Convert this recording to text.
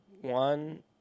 one